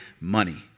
money